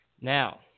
Now